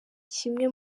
kimwe